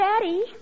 Daddy